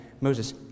Moses